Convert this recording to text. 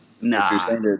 no